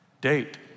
Date